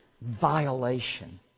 violation